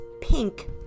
pink